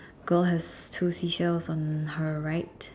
girl has two seashells on her right